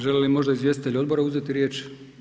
Želi li možda izvjestitelj odbora uzeti riječ?